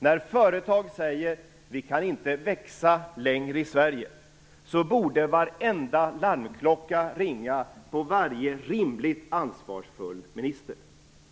När företag säger att de inte kan växa längre i Sverige borde varenda larmklocka ringa på varje rimligt ansvarsfull minister.